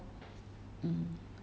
他不看你的背还看你的脸